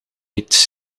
iets